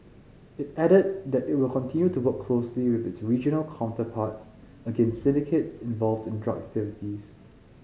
it added that it will continue to work closely with its regional counterparts against syndicates involved in drug activities